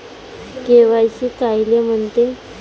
KYC कायले म्हनते?